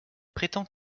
prétend